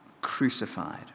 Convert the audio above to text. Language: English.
crucified